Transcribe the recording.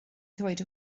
ddweud